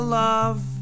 love